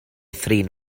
thrin